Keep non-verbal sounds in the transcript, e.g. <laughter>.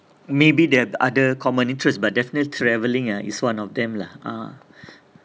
maybe there are other common interests but definitely traveling is one of them lah ah <breath>